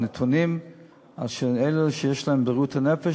הנתונים של אלו שיש להם בעיות בריאות הנפש,